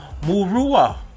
Murua